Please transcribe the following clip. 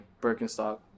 Birkenstock